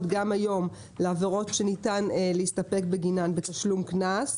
גם היום לעבירות שניתן להסתפק בגינן בתשלום קנס.